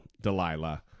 Delilah